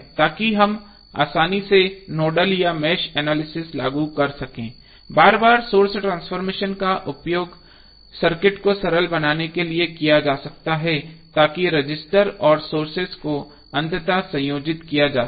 ताकि हम आसानी से नोडल या मेष एनालिसिस लागू कर सकें बार बार सोर्स ट्रांसफॉर्मेशन का उपयोग सर्किट को सरल बनाने के लिए किया जा सकता है ताकि रजिस्टर और सोर्सेस को अंततः संयोजित किया जा सके